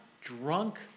drunk